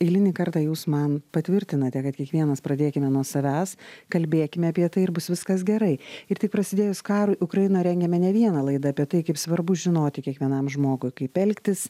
eilinį kartą jūs man patvirtinate kad kiekvienas pradėkime nuo savęs kalbėkime apie tai ir bus viskas gerai ir tik prasidėjus karui ukrainą rengiame ne vieną laidą apie tai kaip svarbu žinoti kiekvienam žmogui kaip elgtis